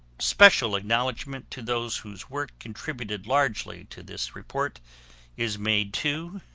special acknowledgement to those whose work contributed largely to this report is made to